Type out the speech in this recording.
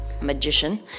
magician